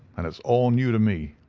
and it's all new to me.